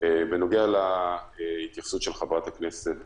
בנוגע לשאלה של חברת הכנסת